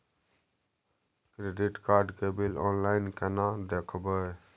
Credit card के bill online केना देखबय?